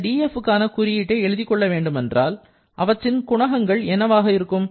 இந்த dfக்கான குறியீட்டை எழுதிக் கொள்ள வேண்டுமென்றால் அவற்றின் குணகங்கள் என்னவாக இருக்கும்